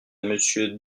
monsieur